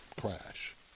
crash